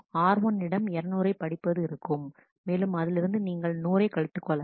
r1 இடம் 200 படிப்பது இருக்கும் மேலும் அதிலிருந்து நீங்கள் 100 கழித்துக் கொள்ளலாம்